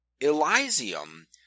Elysium